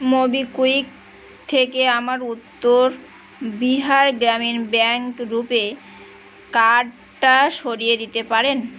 MobiKwik থেকে আমার Uttar Bihar Gramin Bank RuPay কার্ডটা সরিয়ে দিতে পারেন